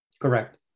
Correct